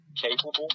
capable